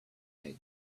edge